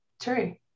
True